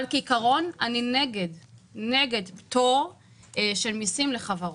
אבל כעיקרון, אני נגד פטור ממיסים לחברות.